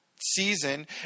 season